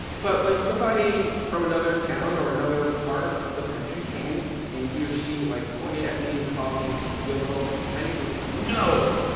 but when somebody from another town or another part of the country came and he or she, like, pointed at me and called me yovo, my neighbors were like, no,